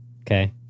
okay